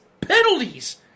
penalties